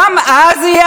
אני רוצה לדעת.